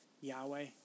Yahweh